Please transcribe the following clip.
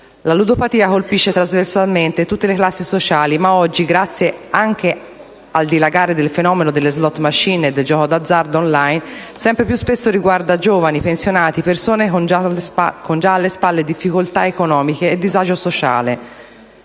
La ludopatia colpisce trasversalmente tutte le classi sociali, ma oggi, grazie anche al dilagare del fenomeno delle *slot machine* e del gioco d'azzardo *on line*, sempre più spesso riguarda giovani, pensionati e persone con già alle spalle difficoltà economiche e disagio sociale.